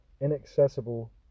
inaccessible